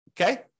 okay